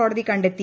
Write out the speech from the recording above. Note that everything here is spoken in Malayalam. കോടതി കണ്ടെത്തി